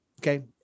Okay